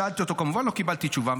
שאלתי אותו, כמובן לא קיבלתי תשובה.